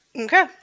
Okay